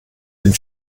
dem